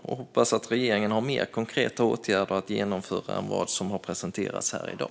Jag hoppas att regeringen har mer konkreta åtgärder att genomföra än vad som har presenterats här i dag.